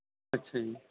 ਅੱਛਾ ਜੀ